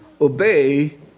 obey